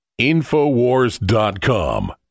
infowars.com